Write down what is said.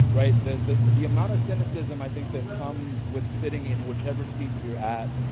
right. the the amount of cynicism i think that comes with sitting in whichever seat that you're at,